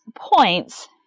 points